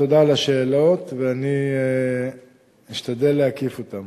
תודה על השאלות ואני אשתדל להקיף אותן.